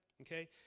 Okay